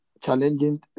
challenging